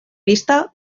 vista